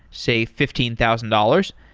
say, fifteen thousand dollars,